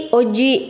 oggi